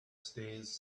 stairs